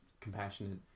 compassionate